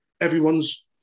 everyone's